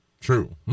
True